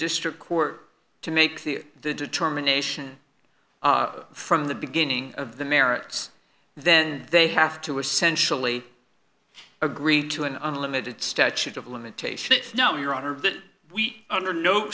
district court to make the determination from the beginning of the merits then they have to essentially agreed to an unlimited statute of limitation no your honor that we under no